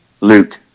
Luke